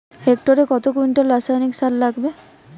হেক্টরে কত কুইন্টাল রাসায়নিক সার লাগবে?